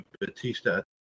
Batista